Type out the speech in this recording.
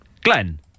Glenn